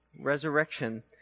resurrection